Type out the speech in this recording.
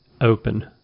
open